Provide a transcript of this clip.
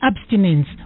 abstinence